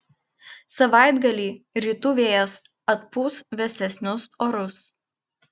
savaitgalį rytų vėjas atpūs vėsesnius orus